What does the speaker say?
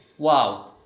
Wow